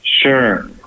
Sure